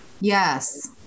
Yes